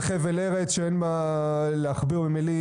חבל ארץ שאין מה להכביר במילים,